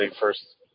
first